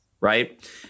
Right